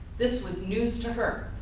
this was news to her.